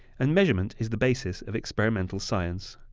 and measurement is the basis of experimental science.